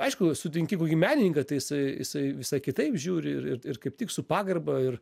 aišku sutinki kokį menininką tai jisai jisai visai kitaip žiūri ir ir ir kaip tik su pagarba ir